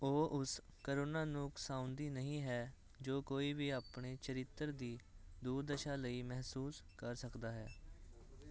ਉਹ ਉਸ ਕਰੂਣਾ ਨੂੰ ਉਕਸਾਉਂਦੀ ਨਹੀਂ ਹੈ ਜੋ ਕੋਈ ਵੀ ਆਪਣੇ ਚਰਿੱਤਰ ਦੀ ਦੁਰਦਸ਼ਾ ਲਈ ਮਹਿਸੂਸ ਕਰ ਸਕਦਾ ਹੈ